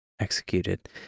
executed